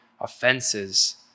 offenses